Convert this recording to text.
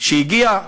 כשהגיעו,